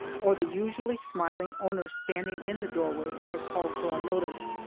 or the usually smiling owner standing in the doorway, that called for our notice.